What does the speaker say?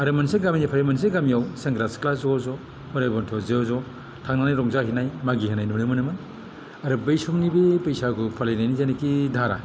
आरो मोनसे गामिनिफ्राय मोनसे गामियाव सेंग्रा सिख्ला ज' ज' बोराय बेन्थ' ज' ज' थांनानै रंजाहैनाय मागिहैनाय नुनो मोनोमोन आरो बै समनिबो बैसागु फालिनायनि जिनाकि धारा